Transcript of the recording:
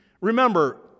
Remember